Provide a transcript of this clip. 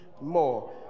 more